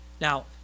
Now